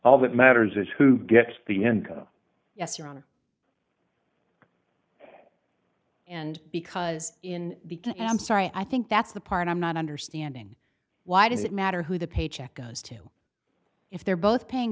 all that matters is who gets the enco yes your honor and because in the can am sorry i think that's the part i'm not understanding why does it matter who the paycheck goes to if they're both paying